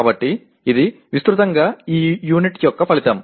కాబట్టి ఇది విస్తృతంగా ఈ యూనిట్ యొక్క ఫలితం